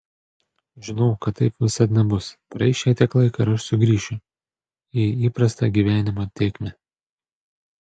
žinau kad taip visad nebus praeis šiek tiek laiko ir aš sugrįšiu į įprastą gyvenimo tėkmę